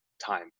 time